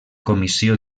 comissió